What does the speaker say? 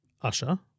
Usher